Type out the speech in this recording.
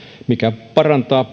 mikä parantaa